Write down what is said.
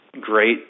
great